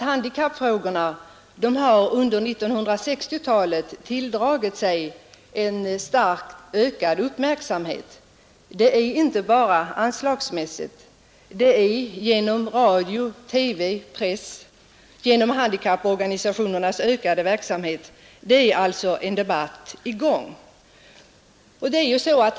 Handikappfrågorna har under 1960-talet tilldragit sig en starkt ökad uppmärksamhet inte bara anslagsmässigt utan genom radio, TV och press och genom handikapporganisationernas ökade verksamhet. En debatt är alltså i gång.